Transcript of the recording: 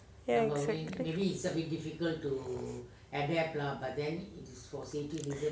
ya exactly